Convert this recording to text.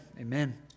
Amen